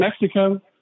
Mexico